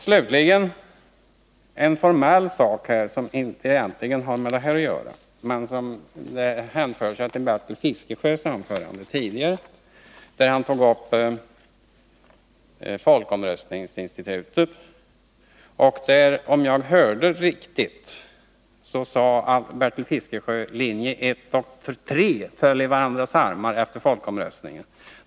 Slutligen en rent formell sak beträffande Bertil Fiskesjös anförande tidigare om folkomröstningsinstitutet. Om jag hörde rätt sade han att linje 1 och 3 föll i varandras armar efter folkomröstningen.